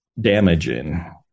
damaging